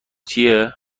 چیه